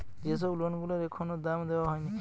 যে সব লোন গুলার এখনো দাম দেওয়া হয়নি